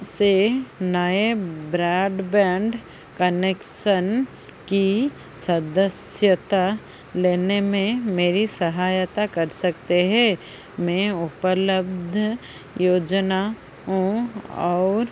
से नये broadband connection की सदस्यता लेने में मेरी सहायता कर सकते हैं मैं उपलब्ध योजनाओं और